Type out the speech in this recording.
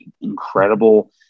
incredible